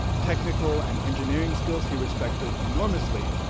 technical and engineering skills he respected enormously,